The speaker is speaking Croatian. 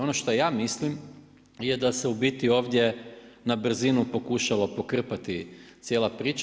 Ono što ja mislim, je da se u biti ovdje na brzinu pokušalo pokrpati cijela priča.